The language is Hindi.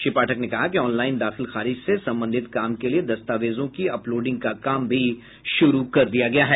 श्री पाठक ने कहा कि ऑनलाईन दाखिल खारिज से संबंधित काम के लिए दस्तावेजों की अपलोडिंग का काम भी शुरू कर दिया गया है